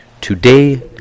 Today